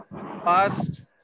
past